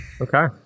Okay